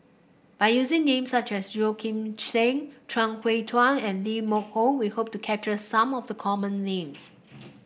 by using names such as Yeo Kim Seng Chuang Hui Tsuan and Lee Hock Moh we hope to capture some of the common names